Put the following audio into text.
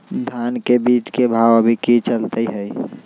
धान के बीज के भाव अभी की चलतई हई?